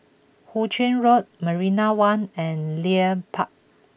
Hu Ching Road Marina One and Leith Park